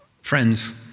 Friends